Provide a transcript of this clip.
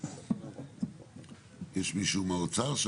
יש מישהו מהאוצר?